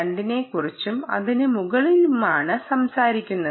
2 നെക്കുറിച്ചും അതിനു മുകളിലുമാണ് സംസാരിക്കുന്നത്